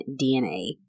DNA